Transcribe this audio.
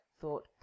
thought